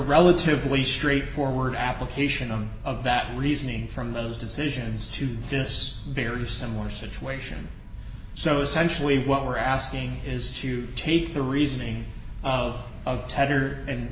relatively straightforward application of of that reasoning from those decisions to this very similar situation so essentially what we're asking is to take the reasoning of a tetter and